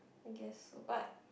I guess so but